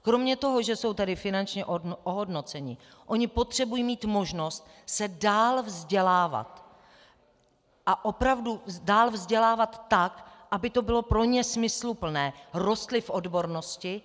Kromě toho, že jsou tedy finančně ohodnoceni, oni potřebují mít možnost se dál vzdělávat a opravdu dál vzdělávat tak, aby to bylo pro ně smysluplné, rostli v odbornosti.